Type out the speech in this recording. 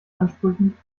ansprüchen